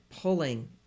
pulling